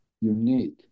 unique